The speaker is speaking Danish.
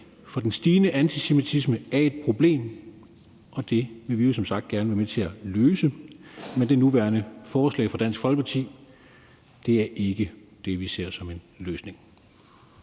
For den stigende antisemitisme er et problem, og det vil vi jo som sagt gerne være med til at løse. Men det foreliggende forslag fra Dansk Folkeparti er ikke det, vi ser som en løsning.